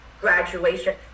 graduation